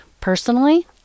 Personally